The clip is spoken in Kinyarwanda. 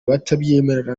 batabyemera